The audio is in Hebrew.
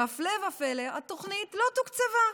והפלא ופלא, התוכנית לא תוקצבה.